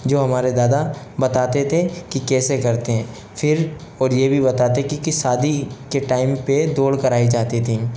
जो हमारे दादा बताते थे कि कैसे करते हैं फिर और ये भी बताते कि शादी के टाइम पे दौड़ कराई जाती थी